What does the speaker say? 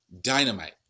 Dynamite